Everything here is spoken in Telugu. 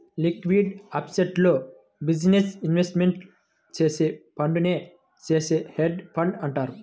లిక్విడ్ అసెట్స్లో బిజినెస్ ఇన్వెస్ట్మెంట్ చేసే ఫండునే చేసే హెడ్జ్ ఫండ్ అంటారు